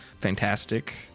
Fantastic